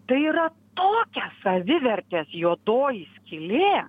tai yra tokia savivertės juodoji skylė